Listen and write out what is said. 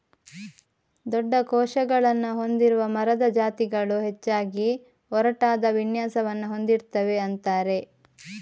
ದೊಡ್ಡ ಕೋಶಗಳನ್ನ ಹೊಂದಿರುವ ಮರದ ಜಾತಿಗಳು ಹೆಚ್ಚಾಗಿ ಒರಟಾದ ವಿನ್ಯಾಸವನ್ನ ಹೊಂದಿರ್ತವೆ ಅಂತಾರೆ